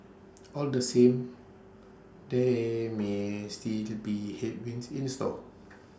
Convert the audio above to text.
all the same there may still to be headwinds in the store